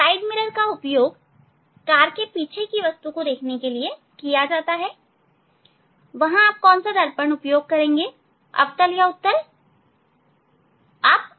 side mirror का उपयोग car के पीछे की वस्तु को देखने के लिए किया जाता है वहां आप कौन सा दर्पण उपयोग करेंगे अवतल दर्पण या उत्तल दर्पण